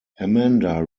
amanda